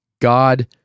God